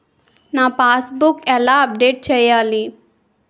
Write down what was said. నా passbook ఎలా update చేయాలి?